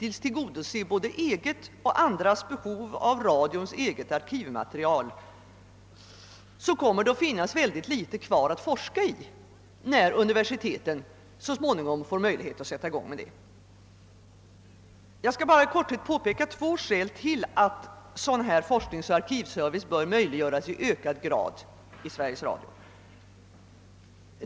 tills tillgodose egna och andras behov av radions eget arkivmaterial, kommer det nämligen att finnas mycket litet kvar att forska i, när universiteten så småningom får möjlighet att sätta i gång sådan verksamhet. Jag skall bara i korthet peka på ytterligare två skäl till att sådan forskningsoch arkivservice i ökad grad bör möjliggöras för Sveriges Radio.